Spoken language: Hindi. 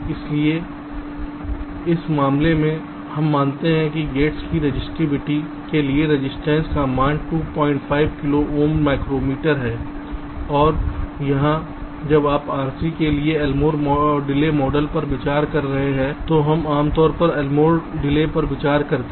इसलिए इस मामले में हम मानते हैं कि गेट्स की रेजिस्टविटी के लिए रजिस्टेंस मान 25 किलो ओम माइक्रोमीटर है और यहाँ जब आप RC के लिए एलमोर डिले R पर विचार कर रहे हैं तो हम आमतौर पर एलमोर डिले पर विचार करते हैं